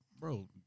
Bro